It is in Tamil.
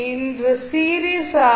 இன்று சீரிஸ் ஆர்